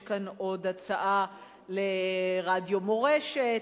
ויש כאן עוד הצעה לרדיו "מורשת".